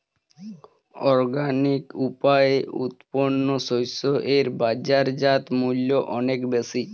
organic উপায়ে উৎপন্ন শস্য এর বাজারজাত মূল্য অনেক বেশি